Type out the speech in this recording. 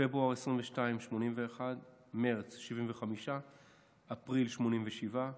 בפברואר 2022, 81, במרס, 75, באפריל, 87,